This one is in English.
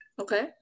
Okay